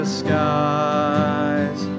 skies